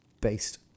Based